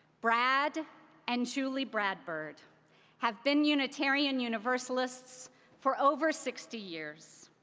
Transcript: brad and julie bradford have been unitarian universalists for over sixty years.